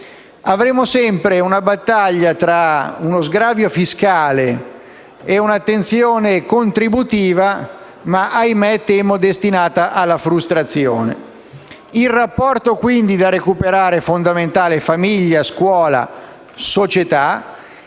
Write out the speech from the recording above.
avremo sempre una battaglia tra uno sgravio fiscale e un'attenzione contributiva, ma - ahimè - temo destinata alla frustrazione. Il rapporto fondamentale da recuperare è quindi quello tra famiglia, scuola e società